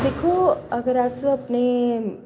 दिक्खो अगर अस अपने